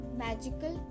magical